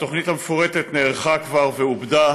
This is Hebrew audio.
התוכנית המפורטת נערכה כבר ואוגדה